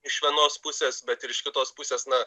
iš vienos pusės bet ir iš kitos pusės na